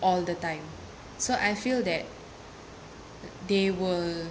all the time so I feel that they will